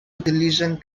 utilitzen